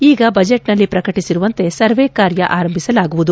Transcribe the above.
ಈಗ ಬಜೆಟ್ನಲ್ಲಿ ಪ್ರಕಟಿಸಿರುವಂತೆ ಸರ್ವೇ ಕಾರ್ಯ ಆರಂಭಿಸಲಾಗುವುದು